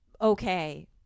okay